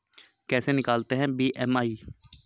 कैसे निकालते हैं बी.एम.आई?